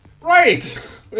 Right